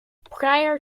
prior